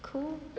cool